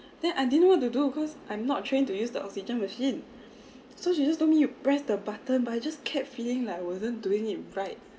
then I didn't know what to do cause I'm not trained to use the oxygen machine so she just told me you press the button but I just kept feeling like I wasn't doing it right